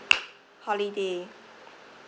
holiday